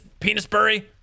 Penisbury